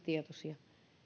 tietoisia